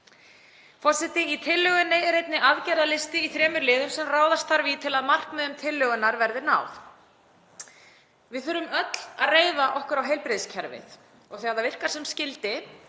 forgangi. Í tillögunni er einnig aðgerðalisti í þremur liðum sem ráðast þarf í til að markmiðum tillögunnar verði náð. Við þurfum öll að reiða okkur á heilbrigðiskerfið og þegar það virkar sem skyldi